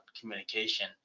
communication